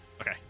Okay